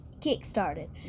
kick-started